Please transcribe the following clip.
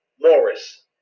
Morris